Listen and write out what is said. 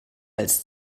als